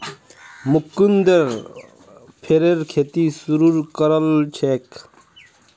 मुकुन्द फरेर खेती शुरू करल छेक